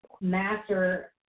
master